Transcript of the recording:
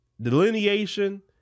delineation